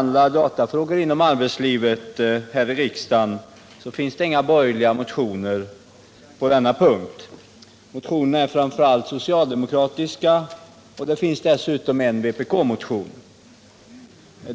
om datafrågor inom arbetslivet tycker jag att det är intressant att notera att det inte finns några borgerliga motioner. Motionerna kommer framför allt från socialdemokratiskt håll, och dessutom finns det en vpk-motion.